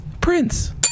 Prince